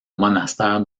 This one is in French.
monastère